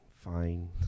Fine